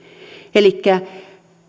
elikkä